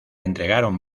entregaron